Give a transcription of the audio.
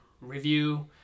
review